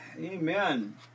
Amen